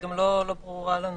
היא גם לא ברורה לנו.